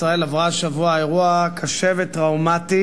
מדינת ישראל עברה השבוע אירוע קשה וטראומטי,